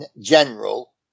general